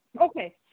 okay